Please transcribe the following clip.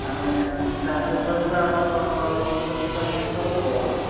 ଆମେ ସାହାଯ୍ୟ କରିବୁ ଆମର ଡିପାର୍ଟମେଣ୍ଟ୍ ତରଫରୁ ଆଉ